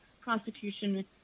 prosecution